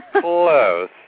Close